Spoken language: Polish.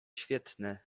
świetne